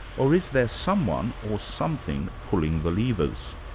or is there someone or something pulling the levers?